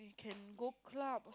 can go club